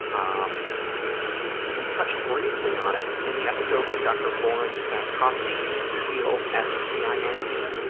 um we touched briefly on it in the episode with dr. lauren costine, c o s t i n e, e,